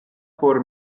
por